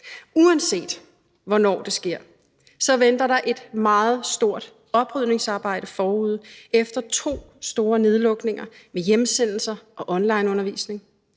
Uanset hvornår det sker, venter der et meget stort oprydningsarbejde forude efter to store nedlukninger med hjemsendelser og onlineundervisning.